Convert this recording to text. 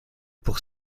pour